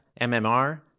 MMR